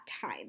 time